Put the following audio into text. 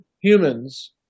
humans